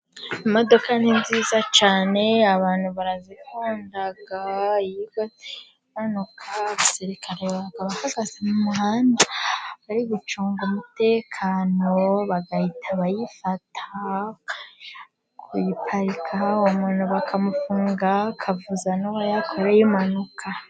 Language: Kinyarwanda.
Imodoka ni nziza cyane abantu barazikunda, iyo ukoze impanuka abasirikare baba bahagaze ku muhanda bari gucunga umutekano bagahita bayifata bakajya kuyiparika, umuntu bakamufunga akavuza uwo yakoreye impanuka.